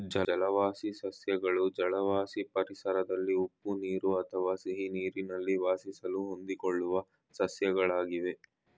ಜಲವಾಸಿ ಸಸ್ಯಗಳು ಜಲವಾಸಿ ಪರಿಸರದಲ್ಲಿ ಉಪ್ಪು ನೀರು ಅಥವಾ ಸಿಹಿನೀರಲ್ಲಿ ವಾಸಿಸಲು ಹೊಂದಿಕೊಳ್ಳುವ ಸಸ್ಯಗಳಾಗಿವೆ